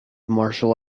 martial